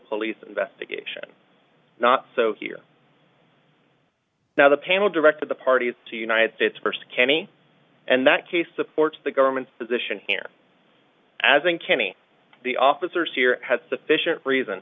police investigation not so here now the panel directed the parties to united states first kenny and that case supports the government's position as uncanny the officers here had sufficient reason